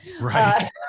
Right